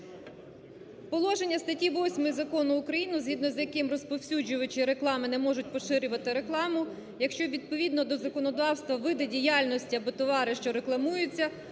Положення статті 8 Закону України, згідно з яким розповсюджувачі реклами не можуть поширювати рекламу, якщо відповідно до законодавства види діяльності або товари, що рекламуються,